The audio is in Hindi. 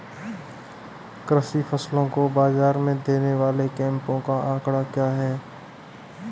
कृषि फसलों को बाज़ार में देने वाले कैंपों का आंकड़ा क्या है?